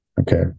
okay